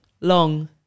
long